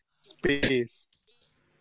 space